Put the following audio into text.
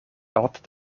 altijd